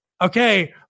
Okay